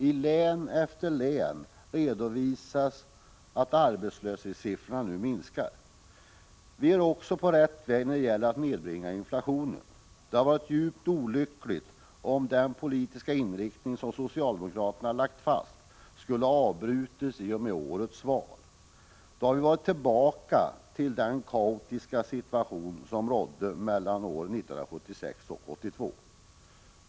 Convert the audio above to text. I län efter län redovisas att arbetslöshetssiffrorna minskat. Vi är också på rätt väg när det gäller att nedbringa inflationen. Det hade varit djupt olyckligt om den politiska inriktning som socialdemokraterna lagt fast skulle ha avbrutits i och med årets val. Då hade vi varit tillbaka i den kaotiska situation som rådde mellan 1976 och 1982.